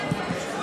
חברי הכנסת,